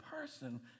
person